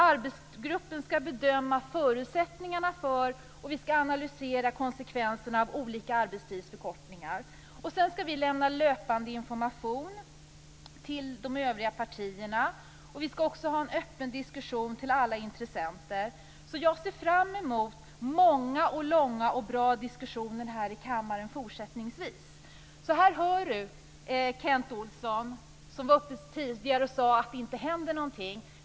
Arbetsgruppen skall bedöma förutsättningarna för och analysera konsekvenserna av olika arbetstidsförkortningar. Vi skall lämna löpande information till de övriga partierna. Vi skall också ha en öppen diskussion med alla intressenter. Jag ser fram emot många, långa och bra diskussioner här i kammaren fortsättningsvis. Lyssna på detta Kent Olsson, som tidigare sade att det inte händer någonting.